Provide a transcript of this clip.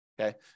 okay